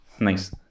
Nice